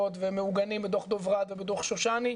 ומעוגנים בדו"ח דברת ובדו"ח שושני,